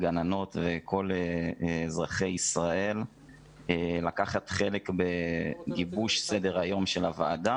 הגננות וכל אזרחי ישראל לקחת חלק בגיבוש סדר היום של הוועדה